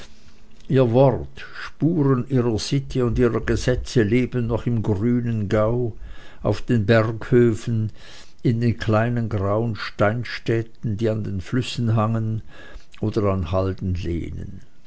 ihr wort spuren ihrer sitte und ihrer gesetze leben noch im grünen gau auf den berghöfen in den kleinen grauen steinstädten die an den flüssen hangen oder an halden lehnen